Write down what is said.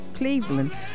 Cleveland